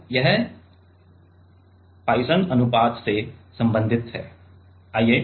तो यह पॉइसन अनुपात से संबंधित है